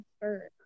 bird